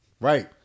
Right